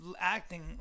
acting